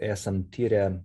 esam tyrę